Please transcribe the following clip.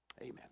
Amen